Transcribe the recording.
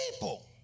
people